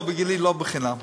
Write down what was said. לא, בגילי לא בחינם.